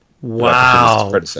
Wow